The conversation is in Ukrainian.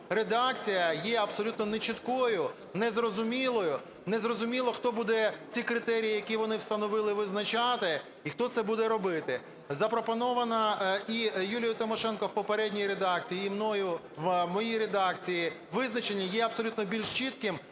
редакція є абсолютно нечіткою, незрозумілою. Незрозуміло, хто буде ці критерії, які вони встановили, визначати, і хто це буде робити. Запропоноване і Юлією Тимошенко в попередній редакції, і мною в моїй редакції визначення є абсолютно більш чітким